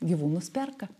gyvūnus perka